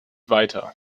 weiter